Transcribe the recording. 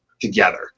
together